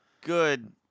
good